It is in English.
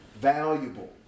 valuable